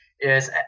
Yes